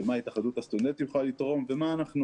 מה התאחדות הסטודנטים יכולה לתרום ומה אנחנו